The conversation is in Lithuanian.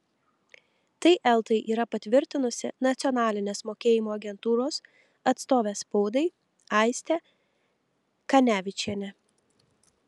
tai eltai yra patvirtinusi nacionalinės mokėjimo agentūros atstovė spaudai aistė kanevičienė